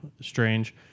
strange